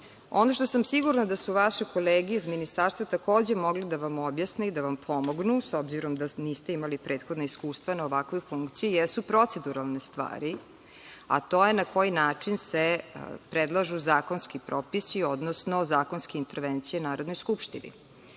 što sam sigurna da su vaše kolege iz Ministarstva takođe mogli da vam objasne i da vam pomognu, s obzirom da niste imali prethodna iskustva na ovakvoj funkciji, jesu proceduralne stvari, a to je – na koji način se predlažu zakonski propisi, odnosno zakonske intervencije u Narodnoj skupštini. Vi